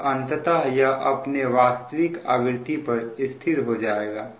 और अंततः यह अपने वास्तविक आवृत्ति पर स्थिर हो जाएगा